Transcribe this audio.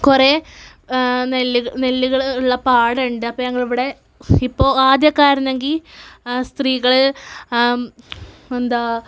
കൊറേ നെല്ല് നെല്ല്കള്ള് ഉള്ള പടൊണ്ട് അപ്പ ഞങ്ങളിവിടെ ഇപ്പൊ ആദ്യോക്കെ ആരുന്നെങ്കി സ്ത്രീകള് എന്താ